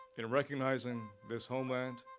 in recognizing this homeland,